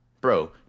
bro